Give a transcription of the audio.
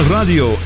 Radio